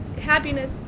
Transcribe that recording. Happiness